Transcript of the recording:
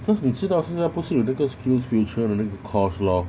because 你知道现在不是有 skillsfuture 的那个 course lor